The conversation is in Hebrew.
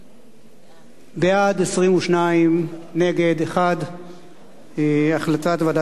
בעד, 22, נגד, 1. החלטת ועדת הכלכלה אושרה.